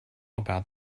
about